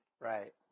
Right